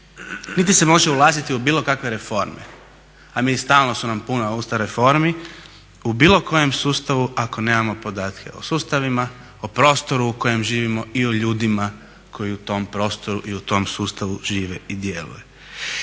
niti se može ulaziti u bilo kakve reforme, a stalno su nam puna usta reformi, u bilo kojem sustavu ako nemamo podatke o sustavima, o prostoru u kojem živimo i o ljudima koji u tom prostoru i u tom sustavu žive i djeluju.